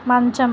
మంచం